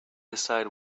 decide